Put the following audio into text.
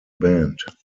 band